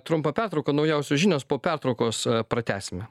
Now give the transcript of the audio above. trumpą pertrauką naujausios žinios po pertraukos pratęsime